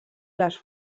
les